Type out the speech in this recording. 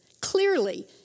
clearly